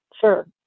sure